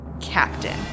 Captain